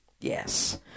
Yes